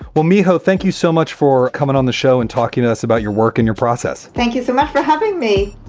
well, miho, thank. so much for coming on the show and talking to us about your work and your process. thank you so much for having me